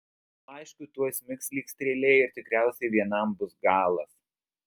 aišku tuoj smigs lyg strėlė ir tikriausiai vienam bus galas